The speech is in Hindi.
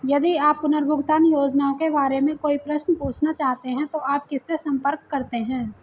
यदि आप पुनर्भुगतान योजनाओं के बारे में कोई प्रश्न पूछना चाहते हैं तो आप किससे संपर्क करते हैं?